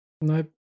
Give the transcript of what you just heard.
Nope